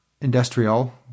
industrial